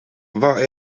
war